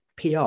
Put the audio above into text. PR